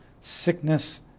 sickness